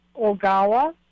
Ogawa